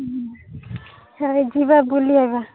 ଆ ଯିବା ବୁଲି ଆଇବା